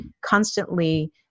constantly